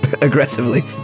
aggressively